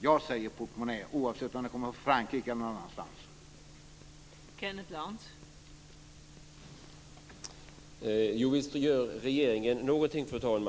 Jag säger portmonnä oavsett om det kommer från Frankrike eller någon annanstans ifrån.